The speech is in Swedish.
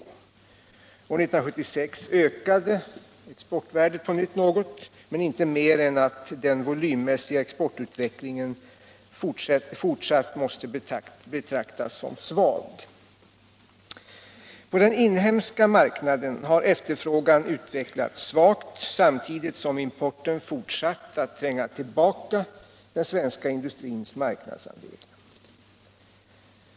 1976 ökade exportvärdet på nytt något men inte mer än att den volymmässiga exportutvecklingen fortsatt måste betraktas som svag. På den inhemska marknaden har efterfrågan utvecklats svagt, samtidigt 83 som importen fortsatt att tränga tillbaka den svenska industrins marknadsandel.